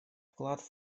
вклад